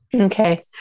Okay